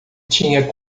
tinha